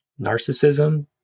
narcissism